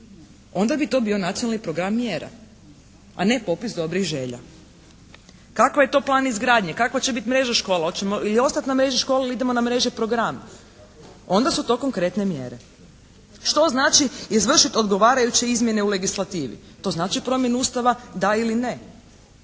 Onda bi to bio nacionalni program mjera, a ne popis dobrih želja. Kakav je to plan izgradnje? Kakva će biti mreža škola? Hoćemo li ostati na mreži škole ili idemo na mreže programa? Onda su to konkretne mjere. Što znači izvršiti odgovarajuće izmjene u legislativi? To znači promjenu Ustava da ili ne.